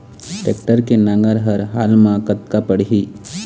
Tractor के नांगर हर हाल मा कतका पड़िही?